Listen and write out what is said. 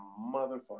motherfucker